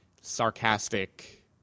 sarcastic